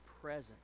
present